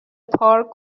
پارک